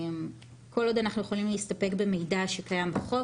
כל עוד אנחנו יכולים להסתפק במידע שקיים בחוק,